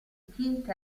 keith